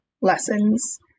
lessons